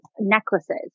necklaces